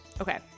okay